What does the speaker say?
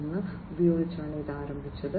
0 ഉപയോഗിച്ചാണ് ഇത് ആരംഭിച്ചത്